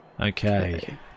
Okay